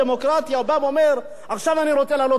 ואומר: עכשיו אני רוצה לעלות עוד מדרגה,